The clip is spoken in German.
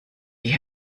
die